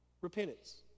Repentance